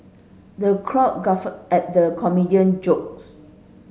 the crowd guffawed at the comedian jokes